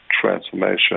transformation